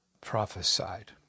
prophesied